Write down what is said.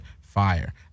fire